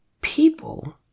people